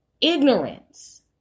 ignorance